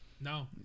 No